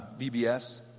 VBS